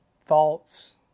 thoughts